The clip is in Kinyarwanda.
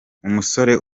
umusore